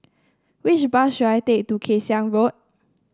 which bus should I take to Kay Siang Road